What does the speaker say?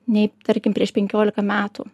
nei tarkim prieš penkiolika metų